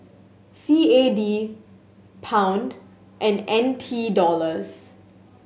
C A D Pound and N T Dollars